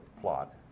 plot